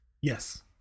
Yes